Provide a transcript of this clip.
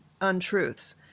untruths